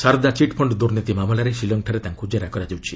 Saradha chit fund ଦୁର୍ନୀତି ମାମଲାରେ ସିଙ୍ଗଠାରେ ତାଙ୍କୁ ଜେରାଯାଉଛି